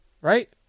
right